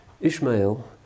Ishmael